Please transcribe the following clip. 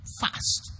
fast